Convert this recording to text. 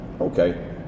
okay